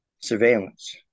surveillance